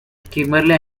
kimberly